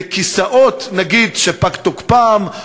נגיד לכיסאות שפג תוקפם,